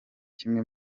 kimwe